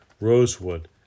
rosewood